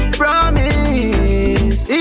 promise